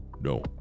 No